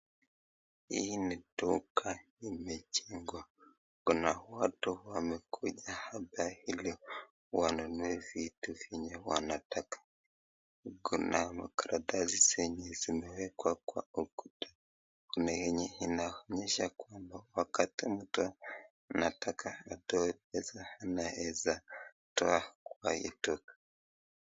Hii ni duka imejengwa. Kuna watu wamekuja hapa ili wanunue vitu zenye wanataka, kuna makaratasi zenye zimewekwa kwa ukuta, kuna yenye inaonyesha kwamba wakati mtu anataka atoe pesa anaeza toa kwa hii duka.